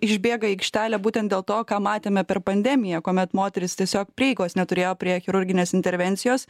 išbėga į aikštelę būtent dėl to ką matėme per pandemiją kuomet moterys tiesiog prieigos neturėjo prie chirurginės intervencijos